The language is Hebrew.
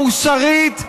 המוסרית,